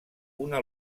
una